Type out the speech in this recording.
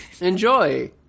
enjoy